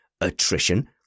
attrition